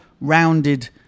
rounded